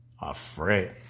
afraid